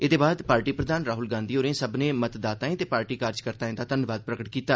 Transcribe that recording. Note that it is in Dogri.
एदे बाद पार्टी प्रधान राह्ल गांधी होरें सब्बनें मतदाताएं ते पार्टी कार्जकर्ताएं दा धन्नवाद प्रगट कीता